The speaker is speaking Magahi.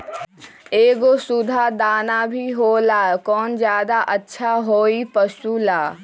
एगो सुधा दाना भी होला कौन ज्यादा अच्छा होई पशु ला?